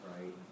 Right